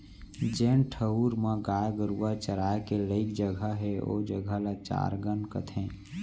जेन ठउर म गाय गरूवा चराय के लइक जघा हे ओ जघा ल चरागन कथें